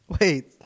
Wait